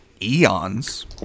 eons